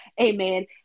amen